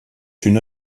une